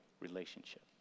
relationship